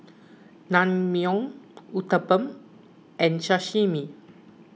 Naengmyeon Uthapam and Sashimi